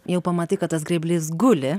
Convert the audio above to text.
jau pamatai kad tas grėblys guli